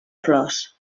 flors